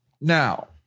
Now